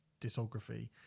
discography